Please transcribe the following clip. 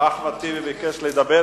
אחמד טיבי ביקש לדבר.